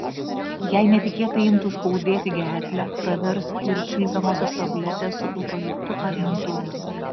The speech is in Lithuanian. jei netikėtai imtų skaudėti gerklę pravers ir čiulpiamosios tabletės su eukaliptu ar mentoliu